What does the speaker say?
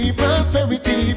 prosperity